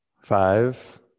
Five